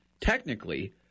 technically